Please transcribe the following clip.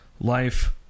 life